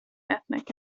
ethnic